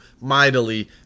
mightily